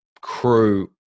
crew